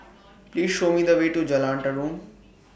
Please Show Me The Way to Jalan Tarum